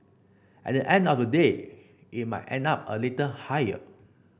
at the end of the day I might end up a little higher